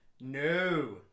no